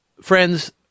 friends